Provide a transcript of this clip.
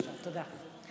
תודה.